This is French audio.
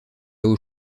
eau